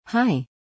Hi